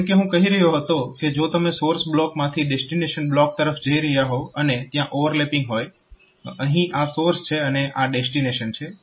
તો જેમ કે હું કહી રહ્યો હતો કે જો તમે સોર્સ બ્લોકમાંથી ડેસ્ટીનેશન બ્લોક તરફ જઈ રહ્યા હોવ અને ત્યાં ઓવરલેપિંગ હોય અહીં આ સોર્સ છે અને આ ડેસ્ટીનેશન છે